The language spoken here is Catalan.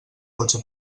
cotxe